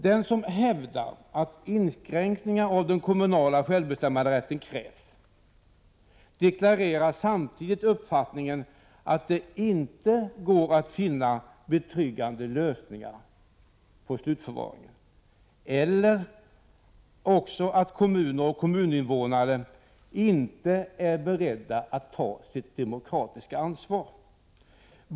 Den som hävdar att inskränkningar i den kommunala självbestämmanderätten krävs deklarerar samtidigt uppfattningen att det inte går att finna betryggande lösningar på slutförvaringen eller också att kommuner och kommuninvånare inte är beredda att ta sitt demokratiska ansvar.